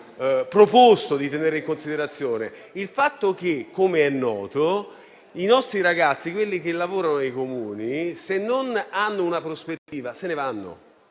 proposto di tenere in considerazione? Il fatto che - come è noto - i nostri ragazzi, quelli che lavorano nei Comuni, se non hanno una prospettiva, se ne vanno.